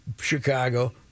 Chicago